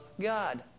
God